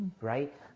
Right